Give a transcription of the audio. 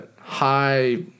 high